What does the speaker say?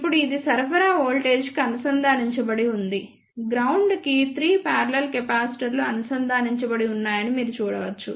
ఇప్పుడు ఇది సరఫరా వోల్టేజీకి అనుసంధానించబడి ఉంది గ్రౌండ్ కి 3 పారలెల్ కెపాసిటర్లు అనుసంధానించబడి ఉన్నాయని మీరు చూడవచ్చు